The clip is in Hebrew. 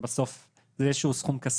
בסוף זה איזשהו סכום כספי.